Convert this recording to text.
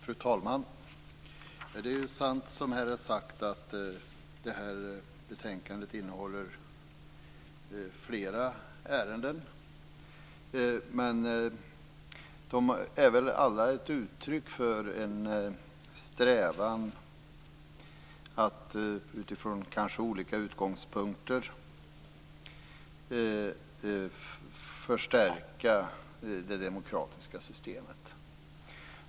Fru talman! Det är sant som här är sagt att betänkandet innehåller flera ärenden. Men de är väl alla ett uttryck för en strävan att - kanske utifrån olika utgångspunkter - förstärka det demokratiska systemet.